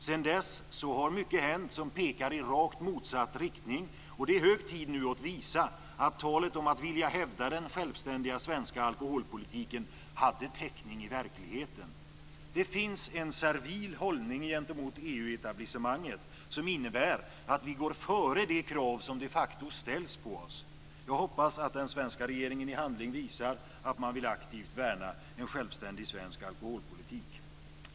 Sedan dess har mycket hänt som pekar i rakt motsatt riktning. Det är hög tid nu att visa att talet om att vilja hävda den självständiga svenska alkoholpolitiken hade täckning i verkligheten. Det finns en servil hållning gentemot EU-etablissemanget som innebär att vi går före de krav som de facto ställs på oss. Jag hoppas att den svenska regeringen i handling visar att man aktivt vill värna en självständig svensk alkoholpolitik.